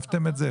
כתבתם את זה?